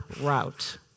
route